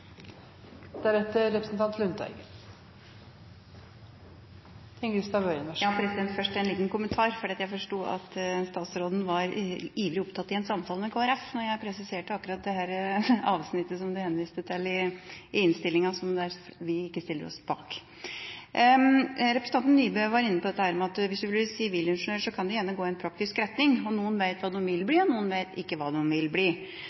Først en liten kommentar. Jeg forsto at statsråden var ivrig opptatt i en samtale med Kristelig Folkeparti da jeg presiserte akkurat det avsnittet som han henviste til i innstillinga som vi ikke stiller oss bak. Representanten Nybø var inne på dette med at hvis man vil bli sivilingeniør, kan man gjerne gå i en praktisk retning. Noen vet hva de vil bli, og noen vet ikke hva de vil bli.